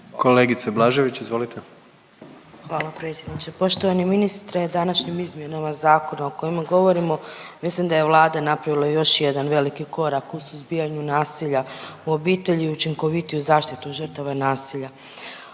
**Blažević, Anamarija (HDZ)** Hvala predsjedniče. Poštovani ministre današnjim izmjenama zakona o kojima govorimo mislim da je Vlada napravila još jedan veliki korak u suzbijanju nasilja u obitelji, učinkovitiju zaštitu žrtava nasilja.